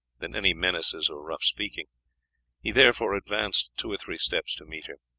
than any menaces or rough speaking he therefore advanced two or three steps to meet her.